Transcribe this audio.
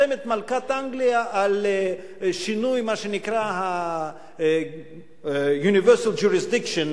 חותמת מלכת אנגליה על שינוי מה שנקרא universal jurisdiction,